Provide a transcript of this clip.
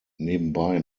nebenbei